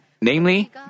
namely